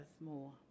more